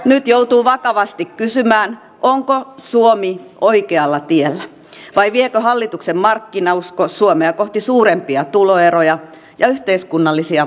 nyt joutuu vakavasti kysymään onko suomi oikealla tiellä vai viekö hallituksen markkinausko suomea kohti suurempia tuloeroja ja yhteiskunnallisia levottomuuksia